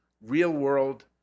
real-world